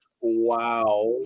Wow